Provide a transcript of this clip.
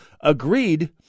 agreed